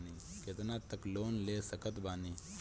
कितना तक लोन ले सकत बानी?